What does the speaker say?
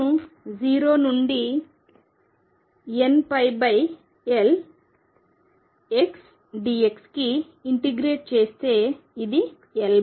నేను 0 నుండి nπLx dx కి ఇంటిగ్రేట్ చేస్తే ఇది L2 అవుతుంది